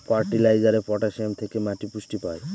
ফার্টিলাইজারে পটাসিয়াম থেকে মাটি পুষ্টি পায়